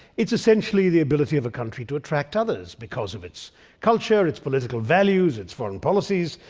it's essentially the ability of a country to attract others because of its culture, its political values, its foreign policies.